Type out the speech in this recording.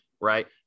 right